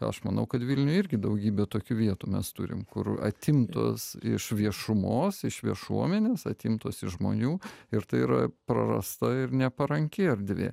aš manau kad vilniuje irgi daugybė tokių vietų mes turim kur atimtos iš viešumos iš viešuomenės atimtos iš žmonių ir tai yra prarasta ir neparanki erdvė